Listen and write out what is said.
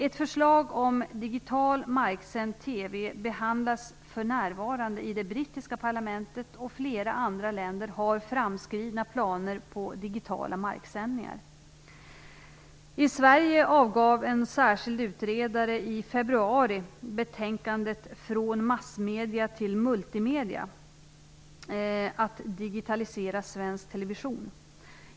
Ett förslag om digital marksänd TV behandlas för närvarande i det brittiska parlamentet. Flera andra länder har framskridna planer på digitala marksändningar. I Sverige avgav en särskild utredare i februari betänkandet Från massmedia till multimedia. Att digitalisera svensk television.